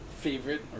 favorite